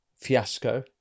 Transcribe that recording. fiasco